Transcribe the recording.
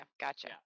gotcha